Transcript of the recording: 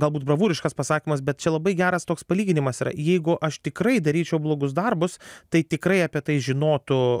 galbūt bravūriškas pasakymas bet čia labai geras toks palyginimas yra jeigu aš tikrai daryčiau blogus darbus tai tikrai apie tai žinotų